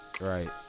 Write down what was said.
Right